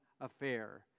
affair